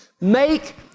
Make